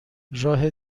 راه